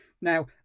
Now